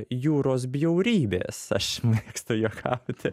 jūros bjaurybės aš mėgstu juokauti